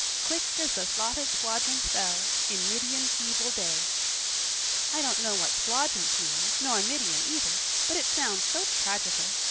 quick as the slaughtered squadrons fell in midian's evil day i don't know what squadrons means nor midian, either, but it sounds so tragical.